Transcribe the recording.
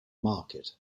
market